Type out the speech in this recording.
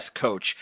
coach